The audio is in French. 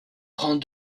prend